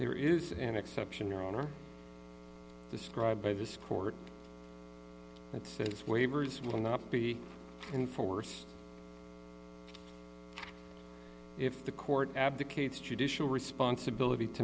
there is an exception around or described by this court that says waivers will not be enforced if the court advocates judicial responsibility to